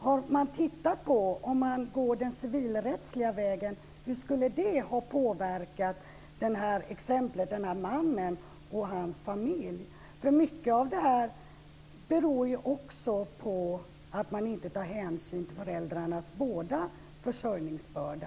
Har man tittat på hur exemplet med den här mannen och hans familj skulle ha påverkats, om man hade gått den civilrättsliga vägen? Mycket av det här beror på att man inte tar hänsyn till båda föräldrarnas försörjningsbörda.